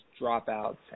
dropouts